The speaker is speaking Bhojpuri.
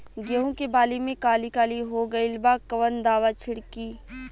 गेहूं के बाली में काली काली हो गइल बा कवन दावा छिड़कि?